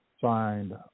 signed